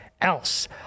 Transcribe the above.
else